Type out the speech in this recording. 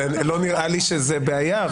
לא נראה לי שזה בעיה,